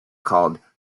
called